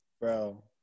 Bro